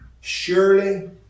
surely